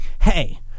hey